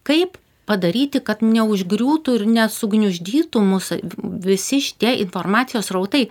kaip padaryti kad neužgriūtų ir nesugniuždytų musų visi šitie informacijos srautai